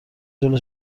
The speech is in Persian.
جلو